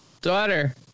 daughter